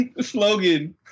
slogan